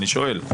אני שואל,